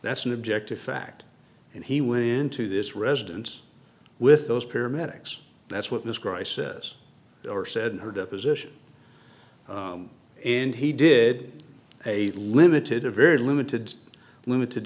that's an objective fact and he went into this residence with those paramedics that's what this crisis or said in her deposition and he did a limited a very limited limited